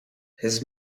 his